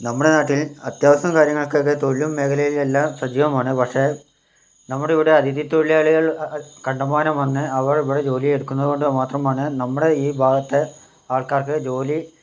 നമ്മുടെ നാട്ടിൽ അത്യാവശ്യം കാര്യങ്ങൾക്കൊക്കെ തൊഴിലും മേഖലയിലെല്ലാം സജീവമാണ് പക്ഷേ നമ്മുടെ ഇവിടെ അഥിതിത്തൊഴിലാളികൾ കണ്ടമാനം വന്ന് അവർ ഇവിടെ ജോലി എടുക്കുന്നതുകൊണ്ട് മാത്രമാണ് നമ്മുടെ ഈ ഭാഗത്തെ ആൾക്കാർക്ക് ജോലി